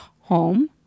home